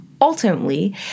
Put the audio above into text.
Ultimately